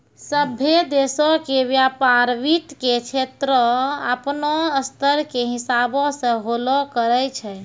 सभ्भे देशो के व्यपार वित्त के क्षेत्रो अपनो स्तर के हिसाबो से होलो करै छै